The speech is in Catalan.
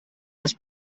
les